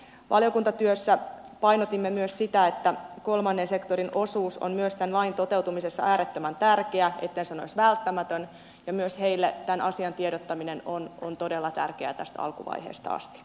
valiokuntatyössä painotimme myös sitä että myös kolmannen sektorin osuus on tämän lain toteutumisessa äärettömän tärkeä etten sanoisi välttämätön ja myös heille tästä asiasta tiedottaminen on todella tärkeää tästä alkuvaiheesta asti